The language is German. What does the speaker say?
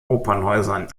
opernhäusern